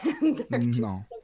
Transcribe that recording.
No